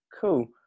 Cool